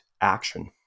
action